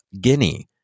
Guinea